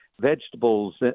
vegetables